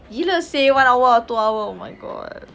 gila seh one hour or two hour oh my god